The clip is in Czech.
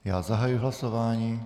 Já zahajuji hlasování.